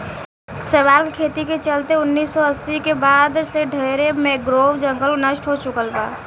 शैवाल के खेती के चलते उनऽइस सौ अस्सी के बाद से ढरे मैंग्रोव जंगल नष्ट हो चुकल बा